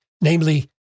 namely